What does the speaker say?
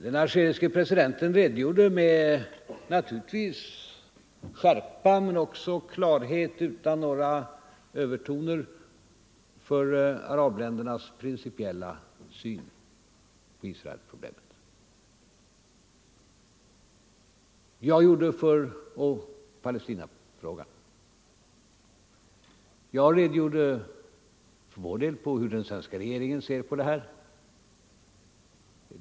Den algeriske .presidenten redogjorde, naturligtvis med skärpa men också med klarhet, utan några övertoner för arabländernas principiella syn på Israel och Palestinafrågan. Jag redogjorde för hur den svenska regeringen ser på problemet.